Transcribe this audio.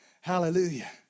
Hallelujah